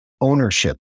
ownership